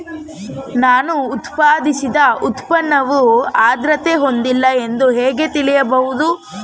ನಾನು ಉತ್ಪಾದಿಸಿದ ಉತ್ಪನ್ನವು ಆದ್ರತೆ ಹೊಂದಿಲ್ಲ ಎಂದು ಹೇಗೆ ತಿಳಿಯಬಹುದು?